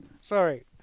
Sorry